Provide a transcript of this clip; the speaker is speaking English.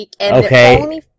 Okay